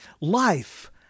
Life